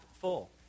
full